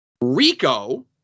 Rico